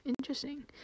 interesting